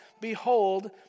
Behold